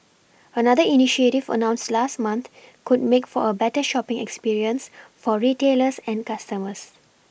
another initiative announced last month could make for a better shopPing experience for retailers and customers